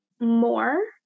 more